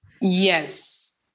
yes